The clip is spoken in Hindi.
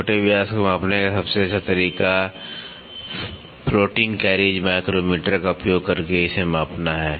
छोटे व्यास को मापने का सबसे अच्छा तरीका फ्लोटिंग कैरिज माइक्रोमीटर का उपयोग करके इसे मापना है